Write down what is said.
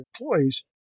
employees